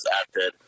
acted